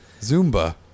zumba